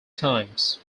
times